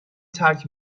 ترک